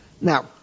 Now